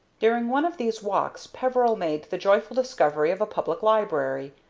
during one of these walks peveril made the joyful discovery of a public library,